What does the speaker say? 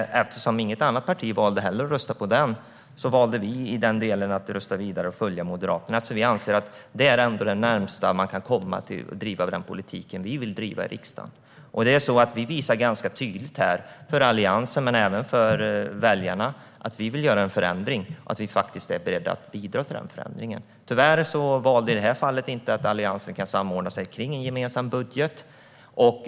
Eftersom inget annat parti valde att rösta på den valde vi att i den delen rösta vidare och följa Moderaterna. Vi anser nämligen att det ändå är det närmaste vi kan komma att driva den politik vi vill driva i riksdagen. Vi visar ganska tydligt här, inte bara för Alliansen utan även för väljarna, att vi vill göra en förändring och att vi är beredda att bidra till den förändringen. Tyvärr valde Alliansen i det här fallet inte att samordna sig kring en gemensam budget.